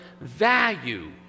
value